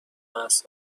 اعصاب